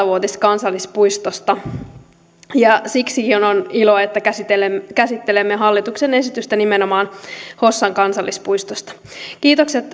vuotiskansallispuistosta ja siksikin on ilo että käsittelemme hallituksen esitystä nimenomaan hossan kansallispuistosta kiitokset